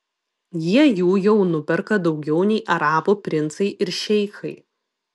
jie jų jau nuperka daugiau nei arabų princai ir šeichai